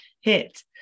hit